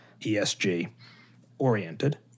ESG-oriented